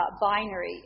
binary